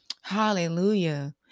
Hallelujah